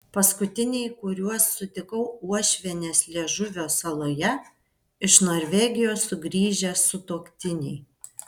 paskutiniai kuriuos sutikau uošvienės liežuvio saloje iš norvegijos sugrįžę sutuoktiniai